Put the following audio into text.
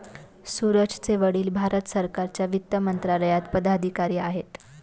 सूरजचे वडील भारत सरकारच्या वित्त मंत्रालयात पदाधिकारी आहेत